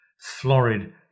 florid